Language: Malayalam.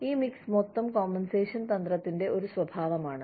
ഈ മിക്സ് മൊത്തം കോമ്പൻസേഷൻ തന്ത്രത്തിന്റെ ഒരു സ്വഭാവമാണ്